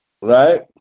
Right